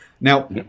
Now